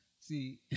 See